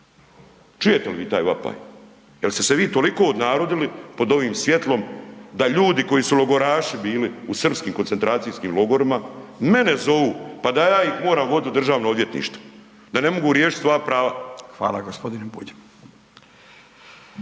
Čujete li vi taj vapaj? Je li ste se vi toliko odnarodili pod ovim svjetlom da ljudi koji su logoraši bili u srpskim koncentracijskim logorima, mene zovu pa da ja ih moramo voditi u DORH, da ne mogu riješiti svoja prava? **Radin, Furio